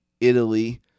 Italy